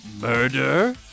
murder